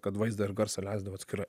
kad vaizdą ir garsą leisdavo atskirai